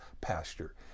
pasture